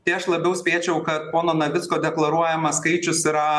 tai aš labiau spėčiau kad pono navicko deklaruojamas skaičius yra